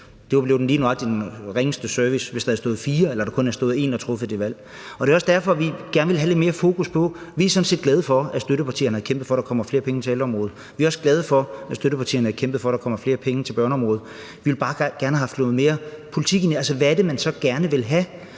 lige nøjagtig den ringeste service, uanset om der havde stået fire eller kun havde stået en og truffet det valg. Det er også derfor, vi gerne vil have lidt mere fokus på det. Vi er sådan set glade for, at støttepartierne har kæmpet for, at der kommer flere penge til ældreområdet. Vi er også glade for, at støttepartierne har kæmpet for, at der kommer flere penge til børneområdet. Vi ville bare gerne have haft noget mere politik ind. Altså, hvad er det, man så gerne vil have?